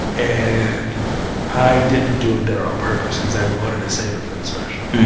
and i didn't do it there on purpose because i wanted to save it for the special.